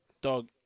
Dog